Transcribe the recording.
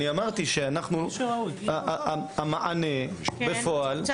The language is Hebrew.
אני אמרתי שהמענה בפועל --- כן,